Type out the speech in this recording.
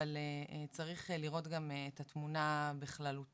אבל צריך לראות גם את התמונה בכללותה,